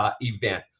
Event